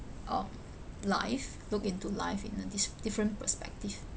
um life look into life in a dis~ different perspective